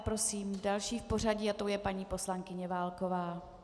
Prosím další v pořadí a tou je paní poslankyně Válková.